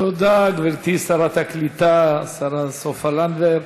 תודה, גברתי שרת הקליטה, השרה סופה לנדבר.